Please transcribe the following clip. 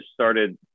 started